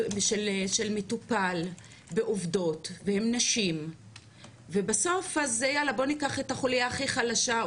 של מטופל בעובדות והן נשים ובסוף אז יאללה בוא ניקח את החוליה הכי חלשה,